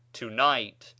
tonight